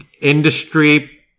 industry